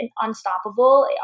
unstoppable